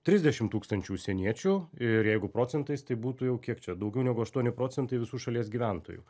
trisdešim tūkstančių užsieniečių ir jeigu procentais tai būtų jau kiek čia daugiau negu aštuoni procentai visų šalies gyventojų